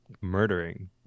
murdering